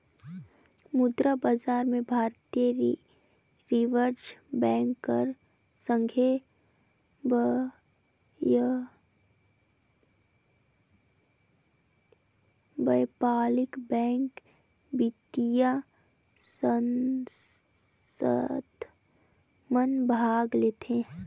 मुद्रा बजार में भारतीय रिजर्व बेंक कर संघे बयपारिक बेंक, बित्तीय संस्था मन भाग लेथें